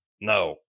no